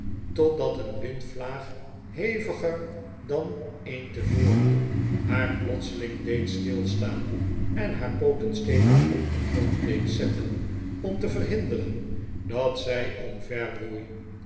totdat een windvlaag heviger dan een tevoren haar plotseling deed stilstaan en haar pooten stevig op den grond deed zetten om te verhinderen dat zij omverwoei